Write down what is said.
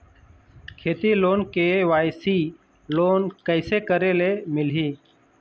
खेती loan KYC loan कइसे करे ले मिलही?